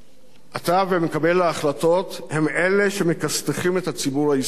אתה ו"מקבל ההחלטות" הם אלה שמכסת"חים את הציבור הישראלי